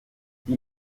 die